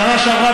בשנה שעברה,